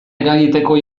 eragiteko